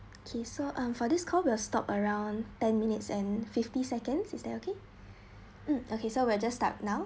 okay so um for this call will stop around ten minutes and fifty seconds is that okay okay so we're just start now